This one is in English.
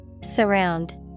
Surround